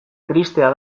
tristea